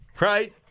Right